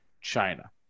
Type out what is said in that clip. China